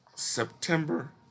September